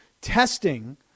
testing